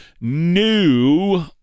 new